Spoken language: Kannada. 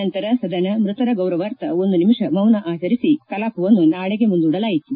ನಂತರ ಸದನ ಮೃತರ ಗೌರವಾರ್ಥ ಒಂದು ನಿಮಿಷ ಮೌನ ಆಚರಿಸಿ ಕಲಾಪವನ್ನು ನಾಳೆಗೆ ಮುಂದೂಡಲಾಯಿತು